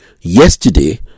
Yesterday